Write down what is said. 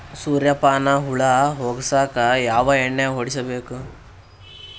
ಸುರ್ಯಪಾನ ಹುಳ ಹೊಗಸಕ ಯಾವ ಎಣ್ಣೆ ಹೊಡಿಬೇಕು?